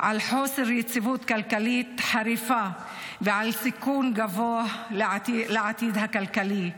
על חוסר יציבות כלכלית חריפה ועל סיכון גבוה לעתיד הכלכלי.